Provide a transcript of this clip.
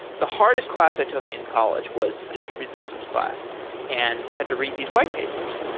the hardest class i took in college was distributed systems class and you had to read these whitepapers.